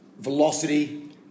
velocity